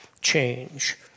change